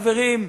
חברים,